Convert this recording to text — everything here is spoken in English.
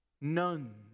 none